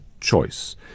choice